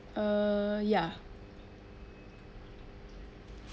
uh ya